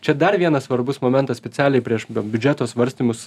čia dar vienas svarbus momentas specialiai prieš biudžeto svarstymus